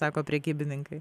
sako prekybininkai